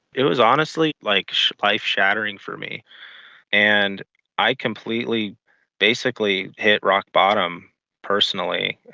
it was honestly like life-shattering for me and i completely basically hit rock bottom personally.